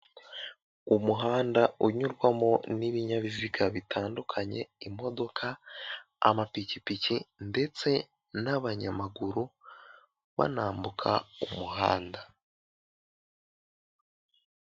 Umuhanda unyurwamo n'ibinyabiziga bitandukanye, imodoka, amapikipiki, ndetse n'abanyamaguru, banambuka umuhanda.